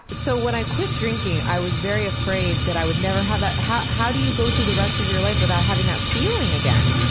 so when i quit drinking i was very afraid that i would never have that. how how do you go through the rest of your life without having that feeling again?